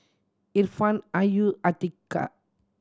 Irfan Ayu Atiqah